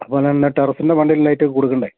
അതുപോലെതന്നെ ടെറസ്സിൻ്റെ മണ്ടയില് ലൈറ്റൊക്കെ കൊടുക്കേണ്ടേ